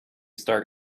start